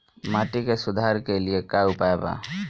माटी के सुधार के लिए का उपाय बा?